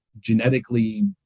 genetically